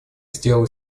сделал